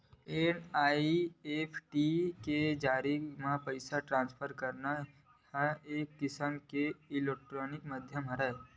NEFT के जरिए म पइसा ट्रांसफर करना ह एक किसम के इलेक्टानिक माधियम हरय